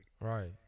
Right